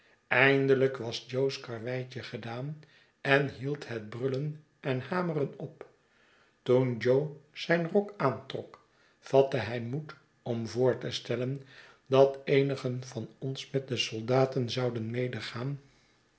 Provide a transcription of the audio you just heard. eindelijk was jo's karweitje gedaan en hield het brullen en hameren op toen jo zijn rok aantrok vatte hij moed om voor te stellen dat eenigen van ons met de soldaten zouden medegaan